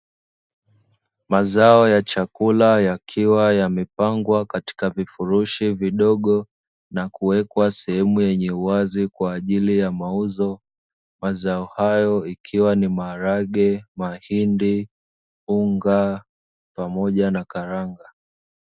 Mazao ya chakula yakiwa yamepangwa katika vifurushi vidogo, na kuwekwa sehemu yenye uwazi kwa ajili ya mauzo, mazao hayo ikiwa ni maharage, mahindi, unga pamoja na karanga.